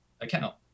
account